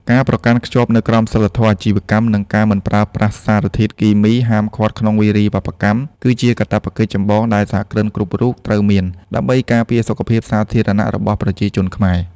ការប្រកាន់ខ្ជាប់នូវក្រមសីលធម៌អាជីវកម្ម និងការមិនប្រើប្រាស់សារធាតុគីមីហាមឃាត់ក្នុងវារីវប្បកម្ម គឺជាកាតព្វកិច្ចចម្បងដែលសហគ្រិនគ្រប់រូបត្រូវមាន ដើម្បីការពារសុខភាពសាធារណៈរបស់ប្រជាជនខ្មែរ។